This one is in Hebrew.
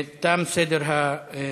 תם סדר הדוברים.